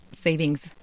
savings